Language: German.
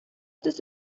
ist